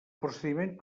procediment